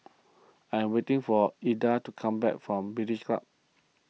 I am waiting for Hilda to come back from British Club